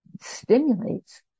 stimulates